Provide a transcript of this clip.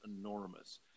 enormous